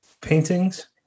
paintings